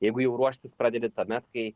jeigu jau ruoštis pradedi tuomet kai